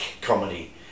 comedy